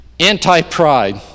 anti-pride